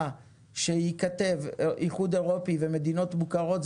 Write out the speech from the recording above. שייכתב איחוד אירופי ומדינות מוכרות,